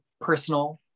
personal